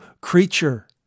creature